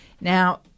Now